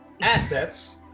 assets